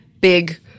big